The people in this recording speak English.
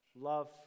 love